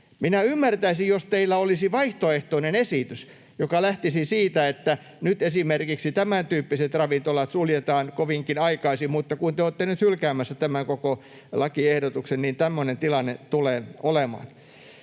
Minä ymmärtäisin, jos teillä olisi vaihtoehtoinen esitys, joka lähtisi siitä, että nyt esimerkiksi tämäntyyppiset ravintolat suljetaan kovinkin aikaisin, mutta kun te olette nyt hylkäämässä tämän koko lakiehdotuksen, niin tämmöinen tilanne tulee olemaan.